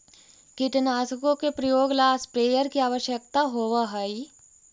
कीटनाशकों के प्रयोग ला स्प्रेयर की आवश्यकता होव हई